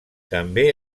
també